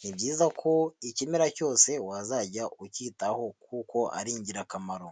ni byiza ko ikimera cyose wazajya ucyitaho kuko ari ingirakamaro.